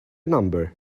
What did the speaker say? number